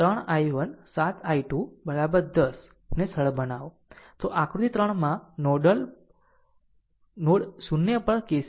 આમ આ તે છે જો 3 I1 7 I2 10 ને સરળ બનાવો તો આકૃતિ 3 માં નોડ o પર KCL લાગુ કરો